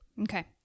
Okay